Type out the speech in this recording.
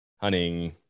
hunting